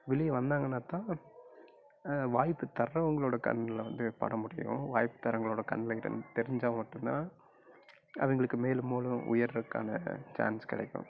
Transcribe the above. வெளியே வந்தாங்கனாத்தான் வாய்ப்பு தர்றவங்களோட கண்ணுல வந்து பட முடியும் வாய்ப்பு தரவங்களோட கண்ணுல இருந் தெரிஞ்சா மட்டும் தான் அதுங்களுக்கு மேலும்மேலும் உயரக்கான சான்ஸ் கிடைக்கும்